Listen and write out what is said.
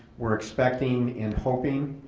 we're expecting and hoping,